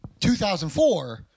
2004